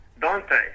Dante